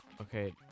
okay